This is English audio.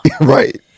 Right